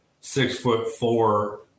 six-foot-four